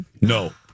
No